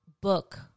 book